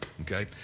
okay